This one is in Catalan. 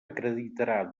acreditarà